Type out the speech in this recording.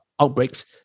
outbreaks